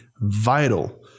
vital